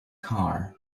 car